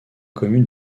commune